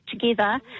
together